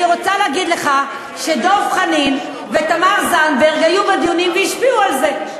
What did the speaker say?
אני רוצה להגיד לך שדב חנין ותמר זנדברג היו בדיונים והשפיעו על זה,